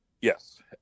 Yes